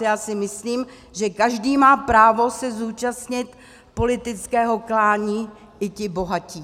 Já si myslím, že každý má právo se zúčastnit politického klání, i ti bohatí.